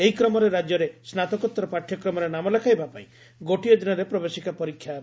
ଏହି କ୍ରମରେ ରାକ୍ୟରେ ସ୍ୱାତକୋଉର ପାଠ୍ୟକ୍ରମରେ ନାମ ଲେଖାଇବା ପାଇଁ ଗୋଟିଏ ଦିନରେ ପ୍ରବେଶିକା ପରୀକ୍ଷା ହେବ